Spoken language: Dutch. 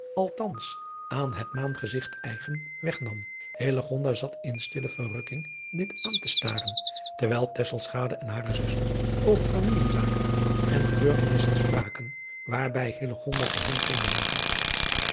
anders aan een maangezigt eigen wegnam hillegonda zat in stille verrukking dit aan te staren terwijl tesselschade en hare zuster over familie-zaken en gebeurtenissen spraken waarbij hillegonda geheel geen belang had